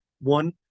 one